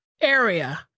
area